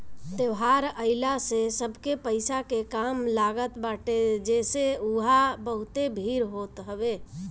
त्यौहार आइला से सबके पईसा के काम लागत बाटे जेसे उहा बहुते भीड़ होत हवे